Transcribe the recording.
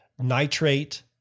nitrate